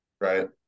right